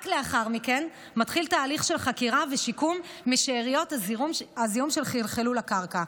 רק לאחר מכן מתחיל תהליך של חקירה ושיקום משאריות הזיהום שחלחלו לקרקע.